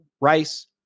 Rice